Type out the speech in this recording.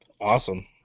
Awesome